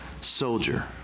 soldier